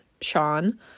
Sean